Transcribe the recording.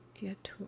get